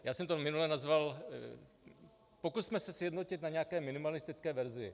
Já jsem to minule nazval pokusme se sjednotit na nějaké minimalistické verzi.